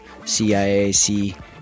CIAC